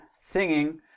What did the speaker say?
singing